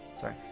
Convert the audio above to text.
Sorry